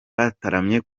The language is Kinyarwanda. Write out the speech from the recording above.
bataramye